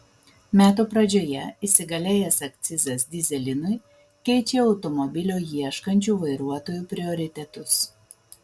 metų pradžioje įsigalėjęs akcizas dyzelinui keičia automobilio ieškančių vairuotojų prioritetus